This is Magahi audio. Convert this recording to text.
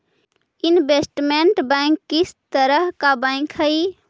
इनवेस्टमेंट बैंक किस तरह का बैंक हई